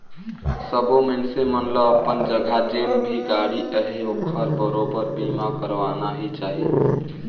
सबो मइनसे मन ल अपन जघा जेन भी गाड़ी अहे ओखर बरोबर बीमा करवाना ही चाही